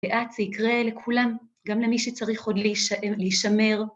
לאט זה יקרה לכולם, גם למי שצריך עוד להישמר.